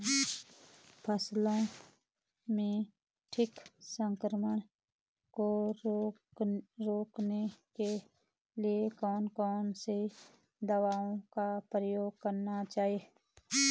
फसलों में कीट संक्रमण को रोकने के लिए कौन कौन सी दवाओं का उपयोग करना चाहिए?